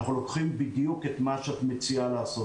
אנחנו לוקחים בדיוק את מה שאת מציעה לעשות.